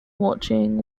watching